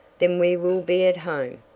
then we will be at home,